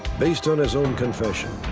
based on his own confession,